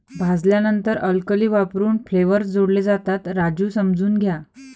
भाजल्यानंतर अल्कली वापरून फ्लेवर्स जोडले जातात, राजू समजून घ्या